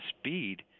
speed